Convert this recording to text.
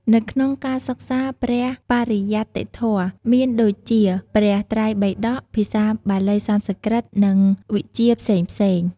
នៅក្នុងការសិក្សាព្រះបរិយត្តិធម៌ មានដូចជា ព្រះត្រៃបិដក ភាសាបាលី-សំស្ក្រឹត និងវិជ្ជាផ្សេងៗ។